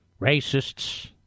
Racists